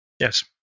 Yes